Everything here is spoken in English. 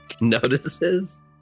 notices